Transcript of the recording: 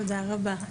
תודה רבה.